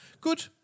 Good